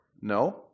No